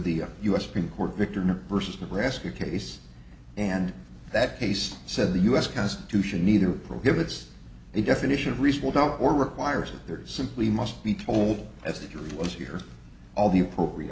the u s supreme court victory or versus the rescue case and that case said the u s constitution either prohibits the definition of reasonable doubt or requires that there simply must be told as the jury was here all the appropriate